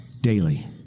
daily